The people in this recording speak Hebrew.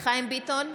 חיים ביטון,